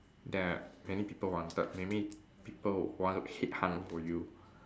that many people wanted maybe people want to headhunt for you